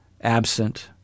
absent